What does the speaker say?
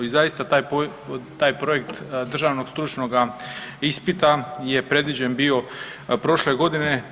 I zaista taj projekt državnog stručnoga ispita je predviđen bio prošle godine.